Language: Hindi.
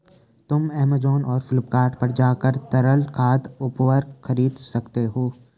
तुम ऐमेज़ॉन और फ्लिपकार्ट पर जाकर तरल खाद उर्वरक खरीद सकते हो